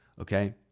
okay